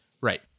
Right